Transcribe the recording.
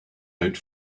out